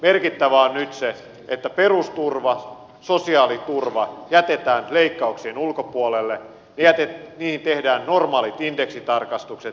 merkittävää on nyt se että perusturva sosiaaliturva jätetään leikkauksien ulkopuolelle niihin tehdään normaalit indeksitarkistukset